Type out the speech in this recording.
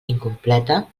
incompleta